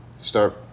start